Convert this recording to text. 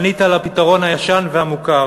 פנית לפתרון הישן והמוכר: